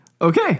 Okay